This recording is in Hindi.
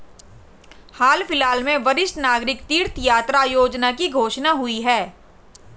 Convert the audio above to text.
हाल फिलहाल में वरिष्ठ नागरिक तीर्थ यात्रा योजना की घोषणा हुई है